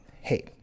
hey